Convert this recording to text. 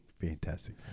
Fantastic